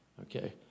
okay